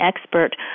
expert